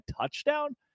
touchdown